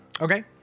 Okay